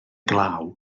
glaw